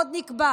עוד נקבע